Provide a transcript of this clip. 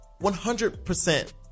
100%